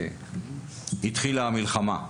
בכ״ו באייר, התחילה המלחמה.